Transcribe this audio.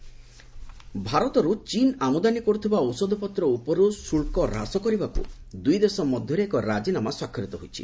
China India drug ଭାରତରୁ ଚୀନ୍ ଆମଦାନୀ କରୁଥିବା ଔଷଧପତ୍ର ଉପରୁ ଶୁଳ୍କ ହ୍ରାସ କରିବାକୁ ଦୁଇଦେଶ ମଧ୍ୟରେ ଏକ ରାଜିନାମା ସ୍ୱାକ୍ଷରିତ ହୋଇଛି